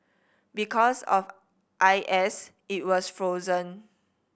because of I S it was frozen